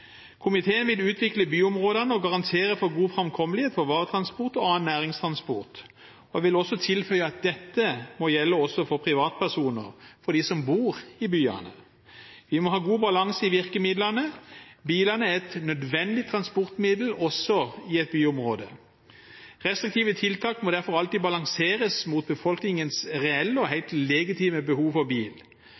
Komiteen vil utvikle byområdene og garantere for god framkommelighet for varetransport og annen næringstransport. Jeg vil tilføye at dette må gjelde også for privatpersoner – for dem som bor i byene. Vi må ha god balanse i virkemidlene. Bilen er et nødvendig transportmiddel også i et byområde. Restriktive tiltak må derfor alltid balanseres mot befolkningens reelle og helt legitime behov for bil.